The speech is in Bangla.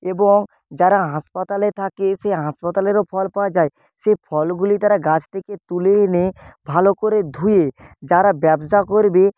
এবং যারা হাসপাতালে থাকে সেই হাসপাতালেরও ফল পাওয়া যায় সে ফলগুলি তারা গাছ থেকে তুলে এনে ভালো করে ধুয়ে যারা ব্যবসা করবে